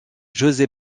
josé